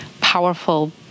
powerful